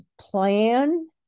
plan